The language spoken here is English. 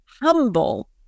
humble